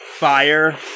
fire